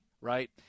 Right